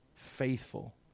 faithful